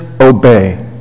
obey